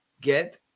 Get